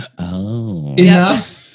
enough